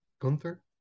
Gunther